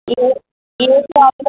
ఏ ఏ స